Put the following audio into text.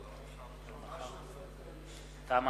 תמה